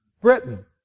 Britain